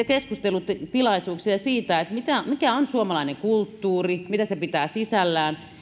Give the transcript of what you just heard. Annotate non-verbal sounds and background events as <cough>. <unintelligible> keskustelutilaisuuksia siitä mikä on suomalainen kulttuuri mitä se pitää sisällään